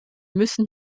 müssen